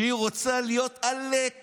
שרוצה להיות עלק